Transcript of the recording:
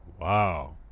Wow